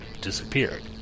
disappeared